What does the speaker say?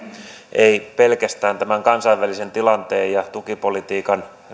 ei pelkästään kansainvälisen tilanteen ja tukipolitiikan